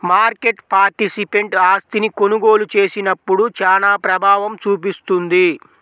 market participant ఆస్తిని కొనుగోలు చేసినప్పుడు చానా ప్రభావం చూపిస్తుంది